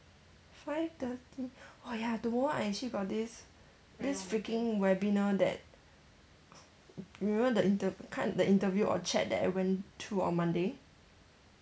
five thirty oh ya tomorrow I actually got this this freaking webinar that remember the inter~ kind interview or chat that I went through on monday